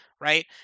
right